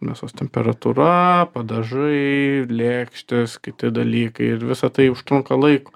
mėsos temperatūra padažai lėkštės kiti dalykai ir visa tai užtrunka laiko